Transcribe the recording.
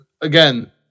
again